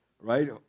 Right